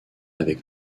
avec